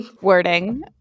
Wording